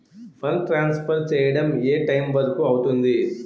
Fund transfer చేయడం ఏ time వరుకు అవుతుంది?